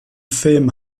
film